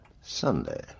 Sunday